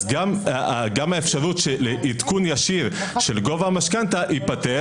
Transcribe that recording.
גם האפשרות של עדכון ישיר של גובה המשכתנה ייפתר